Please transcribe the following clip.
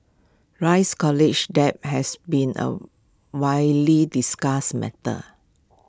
rise college debt has been A widely discussed matter